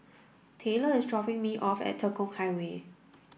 Taylor is dropping me off at Tekong Highway